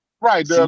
Right